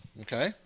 Okay